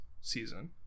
season